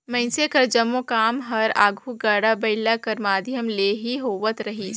मइनसे कर जम्मो काम हर आघु गाड़ा बइला कर माध्यम ले ही होवत रहिस